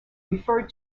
referred